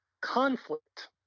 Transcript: conflict